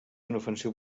inofensiu